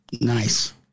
nice